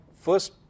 first